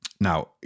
Now